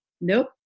nope